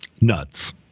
nuts